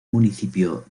municipio